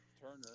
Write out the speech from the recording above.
Turner